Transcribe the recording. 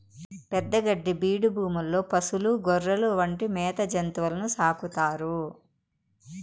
పెద్ద గడ్డి బీడు భూముల్లో పసులు, గొర్రెలు వంటి మేత జంతువులను సాకుతారు